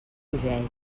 bogeja